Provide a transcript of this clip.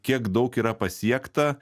kiek daug yra pasiekta